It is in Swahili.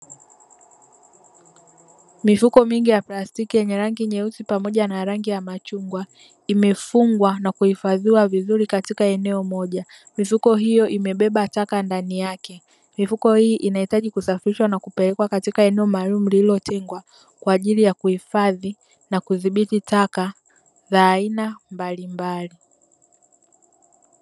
Mifuko mingi ya plastiki yenye rangi nyeusi pamoja na rangi ya machungwa, imefungwa na kuhifadhiwa vizuri katika eneo moja. Mifuko hiyo imebeba taka ndani yake, mifuko hii inahitaji kusafishwa na kupelekwa katika eneo maalumu lililotengwa, kwa ajili ya kuhifadhi na kudhibiti taka za aina mbalimbali.